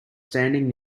standing